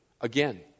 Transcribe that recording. again